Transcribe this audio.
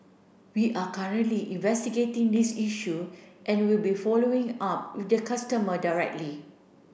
we are currently investigating this issue and we will be following up with the customer directly